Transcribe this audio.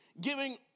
giving